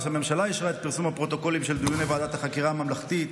שהממשלה אישרה את פרסום הפרוטוקולים של דיוני ועדת החקירה הממלכתית,